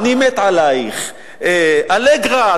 אני מת עלייך"; "אלגרה,